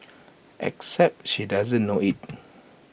except she doesn't know IT